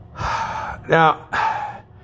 Now